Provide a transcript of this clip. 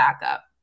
backup